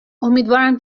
امیدوارم